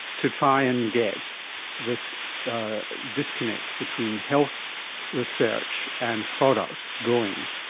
to try and get this disconnect between health research and product going.